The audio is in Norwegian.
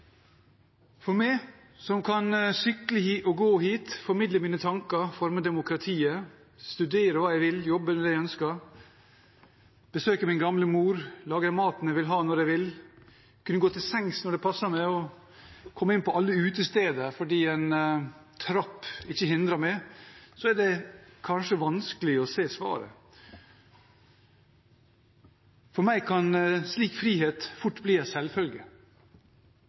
For meg som kan sykle og gå hit, formidle mine tanker, forme demokratiet, studere hva jeg vil, jobbe med det jeg ønsker, besøke min gamle mor, lage maten jeg vil ha, når jeg vil, kunne gå til sengs når det passer meg, og komme inn på alle utesteder fordi en trapp ikke hindrer meg, er det kanskje vanskelig å se svaret. For meg kan slik frihet fort bli en selvfølge,